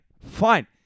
fine